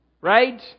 Right